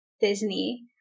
Disney